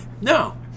No